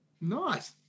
Nice